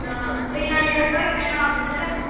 ஆ சரி நான் ஏழ்ருபாய்க்கி மேலே ஆகும்ட்டு தான் மூ